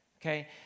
okay